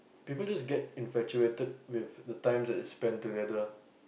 people just get infatuated with the time that they spent together